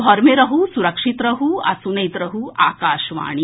घर मे रहू सुरक्षित रहू आ सुनैत रहू आकाशवाणी